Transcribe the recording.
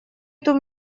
эту